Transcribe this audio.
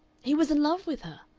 he was in love with her!